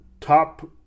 top